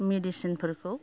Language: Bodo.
मेडिसिनफोरखौ